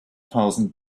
thousand